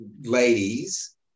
ladies